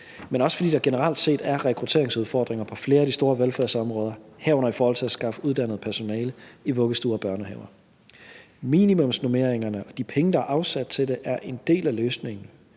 men også fordi der generelt set er rekrutteringsudfordringer på flere af de store velfærdsområder, herunder i forhold til at skaffe uddannet personale i vuggestuer og børnehaver. Minimumsnormeringerne og de penge, der er afsat til det, er en del af løsningen,